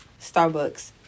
Starbucks